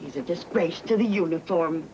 he's a disgrace to the uniform